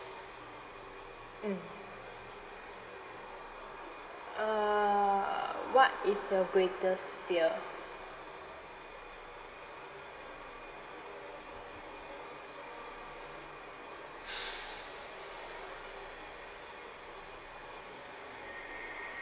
mm uh what is your greatest fear